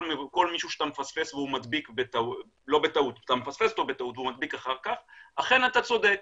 מישהו שאתה מפספס והוא מדביק אחר כך אכן אתה צודק,